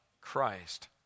Christ